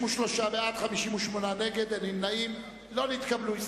נא להצביע.